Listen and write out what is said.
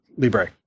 Libre